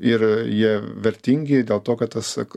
ir jie vertingi dėl to kad pasak